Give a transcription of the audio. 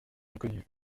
inconnu